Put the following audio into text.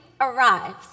arrives